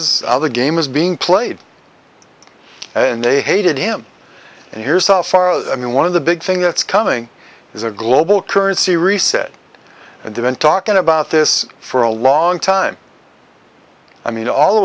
how the game is being played and they hated him and here's how far i mean one of the big thing that's coming is a global currency reset and event talking about this for a long time i mean all the